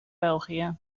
belgië